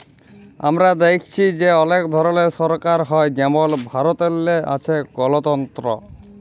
আমরা দ্যাইখছি যে অলেক ধরলের সরকার হ্যয় যেমল ভারতেল্লে আছে গলতল্ত্র